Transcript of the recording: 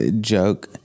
joke